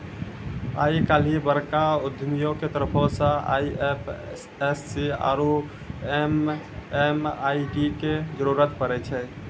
आइ काल्हि बड़का उद्यमियो के तरफो से आई.एफ.एस.सी आरु एम.एम.आई.डी के जरुरत पड़ै छै